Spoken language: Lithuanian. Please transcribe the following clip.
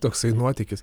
toksai nuotykis